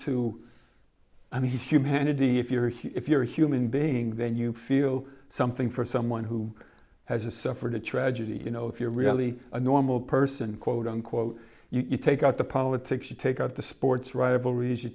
an humanity if you're here if you're a human being then you feel something for someone who has suffered a tragedy you know if you're really a normal person quote unquote you take out the politics you take out the sports rivalries you